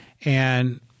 And-